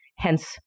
hence